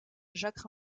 jacques